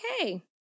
Okay